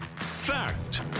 Fact